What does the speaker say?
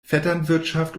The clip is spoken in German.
vetternwirtschaft